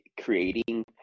creating